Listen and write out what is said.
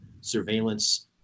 surveillance